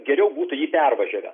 geriau būtų jį pervažiavę